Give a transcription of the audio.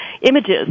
images